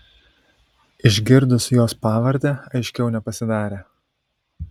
išgirdus jos pavardę aiškiau nepasidarė